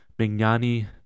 Bignani